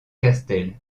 castel